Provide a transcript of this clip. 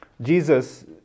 Jesus